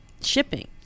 shipping